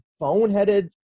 boneheaded